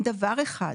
דבר אחד.